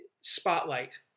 Spotlight